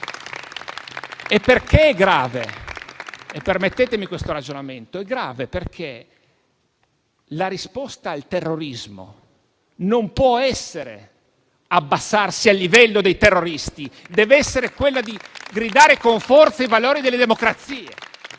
- perché la risposta al terrorismo non può essere abbassarsi al livello dei terroristi, ma deve essere quella di gridare con forza i valori delle democrazie.